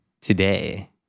today